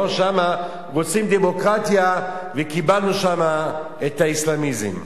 שם רוצים דמוקרטיה וקיבלנו שם את האסלאמיזם.